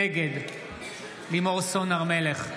נגד לימור סון הר מלך,